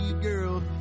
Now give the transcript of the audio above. girl